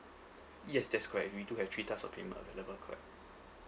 yes that's correct we do have three types of payment available correct